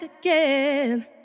again